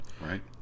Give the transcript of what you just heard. right